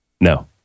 No